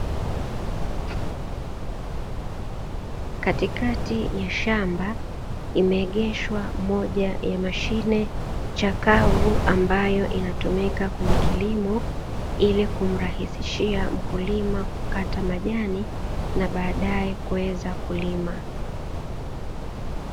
Katikati ya shamba imeegeshwa moja ya mashine chakavu ambayo inatumika kwenye kilimo, ili kumrahisishia mkulima kukata majani na baadaye kuweza kulima.